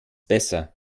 besser